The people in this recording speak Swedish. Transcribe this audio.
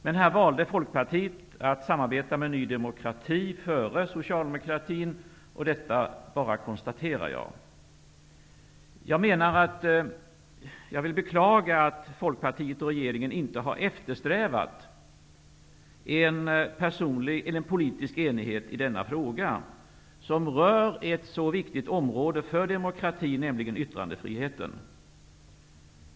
Men Folkpartiet valde i detta sammanhang att samarbeta med Ny demokrati i stället för med Socialdemokraterna. Jag bara konstaterar detta. Jag beklagar att Folkpartiet och regeringen inte har eftersträvat en politisk enighet i denna fråga som rör ett så viktigt område för demokratin, nämligen yttrandefriheten.